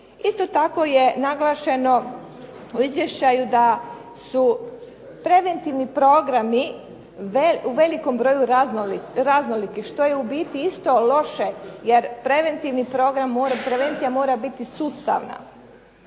Isto tako je naglašeno u izvještaju da su preventivni programi u velikom broju raznoliki što je u biti isto loše jer prevencija mora biti sustavna.